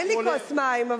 אין לי כוס מים,